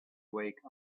wake